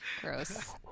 Gross